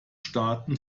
staaten